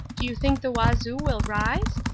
do you think the wazoo will rise?